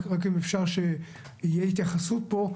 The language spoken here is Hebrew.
רק אם אפשר שתהיה התייחסות פה,